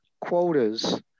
quotas